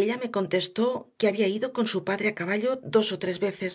ella me contestó que había ido con su padre a caballo dos o tres veces